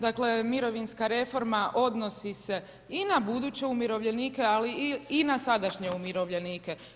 Dakle mirovinska reforma odnosi se i na buduće umirovljenike, ali i na sadašnje umirovljenike.